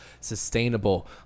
sustainable